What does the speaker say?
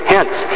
Hence